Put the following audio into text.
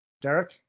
Derek